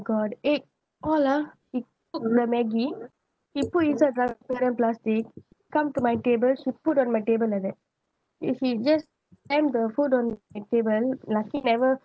got egg what ah she put the maggie she put inside transparent plastic come to my table she put on my table like that she just slam the food on my table lucky never